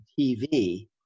TV